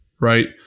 right